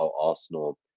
Arsenal